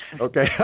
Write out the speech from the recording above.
Okay